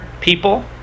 people